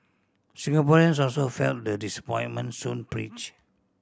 Singaporeans also felt the disappointment soon preach